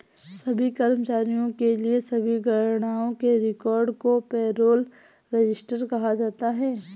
सभी कर्मचारियों के लिए सभी गणनाओं के रिकॉर्ड को पेरोल रजिस्टर कहा जाता है